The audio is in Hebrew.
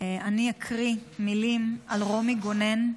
אני אקריא מילים על רומי גונן,